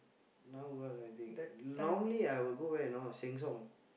now work I think normally I will go where you know Sheng-Siong